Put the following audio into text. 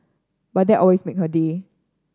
but that always make her day